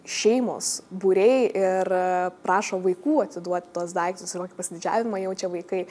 šeimos būriai ir prašo vaikų atiduoti tuos daiktus ir kokį pasididžiavimą jaučia vaikai